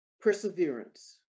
perseverance